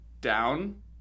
down